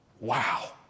Wow